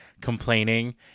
complaining